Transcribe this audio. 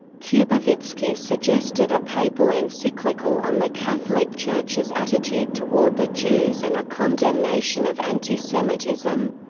kubowitzki suggested a papal encyclical on the catholic church's attitude toward the jews and a condemnation of anti-semitism.